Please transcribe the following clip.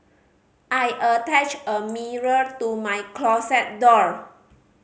I attached a mirror to my closet door